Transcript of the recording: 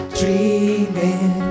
dreaming